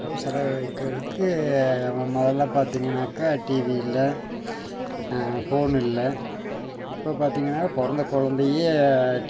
இருக்கிறதுக்கு முதல பார்த்தீங்கனாக்கா டிவி இல்லை ஃபோன் இல்லை இப்போ பார்த்தீங்கனா பிறந்த கொழந்தையே